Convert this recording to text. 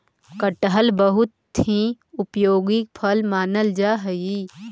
कटहल बहुत ही उपयोगी फल मानल जा हई